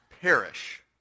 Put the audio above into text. perish